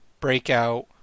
breakout